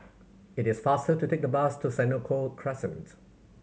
it is faster to take the bus to Senoko Crescent